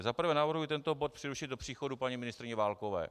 Za prvé navrhuji tento bod přerušit do příchodu paní ministryně Válkové.